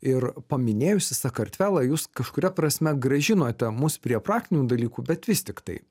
ir paminėjusi sakartvelą jūs kažkuria prasme grąžinote mus prie praktinių dalykų bet vis tiktai